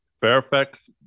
Fairfax